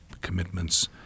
commitments